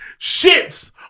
Shits